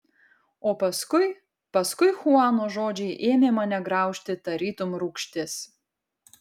o paskui paskui chuano žodžiai ėmė mane graužti tarytum rūgštis